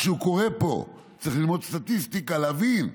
משהו קורה פה, צריך ללמוד סטטיסטיקה, להבין.